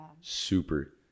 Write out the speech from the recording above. Super